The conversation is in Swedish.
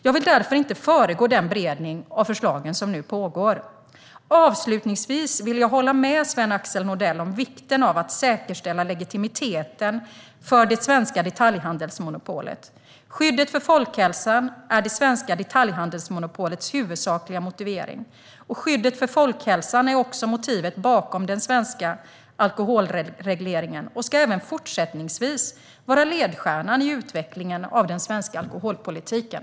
Jag vill inte föregripa den beredning av förslagen som nu pågår. Avslutningsvis håller jag med Lars-Axel Nordell om vikten av att säkerställa legitimiteten för det svenska detaljhandelsmonopolet. Skyddet för folkhälsan är det svenska detaljhandelsmonopolets huvudsakliga motivering. Skyddet för folkhälsan är också motivet bakom den svenska alkoholregleringen, och detta ska även fortsättningsvis vara ledstjärnan i utvecklingen av den svenska alkoholpolitiken.